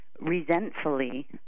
resentfully